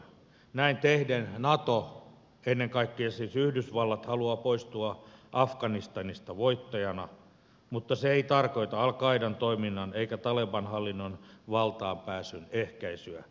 näin tehden nato ennen kaikkea siis yhdysvallat haluaa poistua afganistanista voittajana mutta se ei tarkoita al qaidan toiminnan eikä taleban hallinnon valtaanpääsyn ehkäisyä